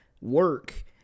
work